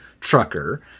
trucker